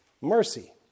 mercy